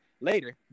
later